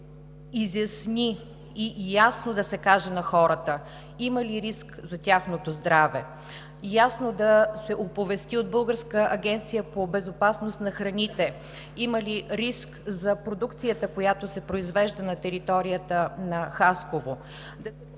изясни и ясно да се каже на хората има ли риск за тяхното здраве, ясно да се оповести от Българската агенция по безопасност на храните има ли риск за продукцията, която се произвежда на територията на Хасково…